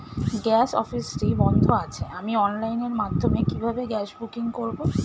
Gas অফিসটি বন্ধ আছে আমি অনলাইনের মাধ্যমে কিভাবে গ্যাস বুকিং করব?